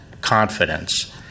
confidence